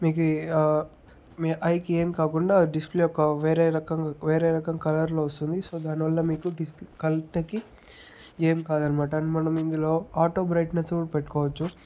మీకీ మీ ఐకి ఏం కాకుండా డిస్ప్లే యొక్క వేరే రకం వేరే రకం కలర్లో వస్తుంది సో దానివల్ల మీకు డి మీకు కంటికి ఏం కాదనమాట అండ్ మనం ఇందులో ఆటో బ్రైట్నెస్ కూడా పెట్టుకోవచ్చు